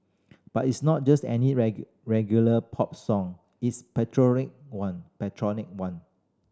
but it's not just any regular pop song is patriotic one patriotic one